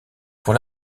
pour